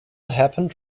happened